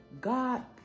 God